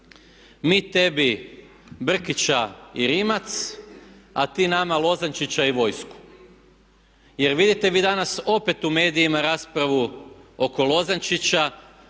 Mi tebi Brkića i Rimac a ti nama Lozančića i vojsku. Jer vidite vi danas opet u medijima raspravu oko Lozančića